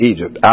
Egypt